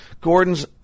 Gordon's